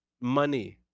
Money